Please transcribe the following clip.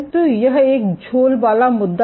तो यह एक झोल वाला मुद्दा है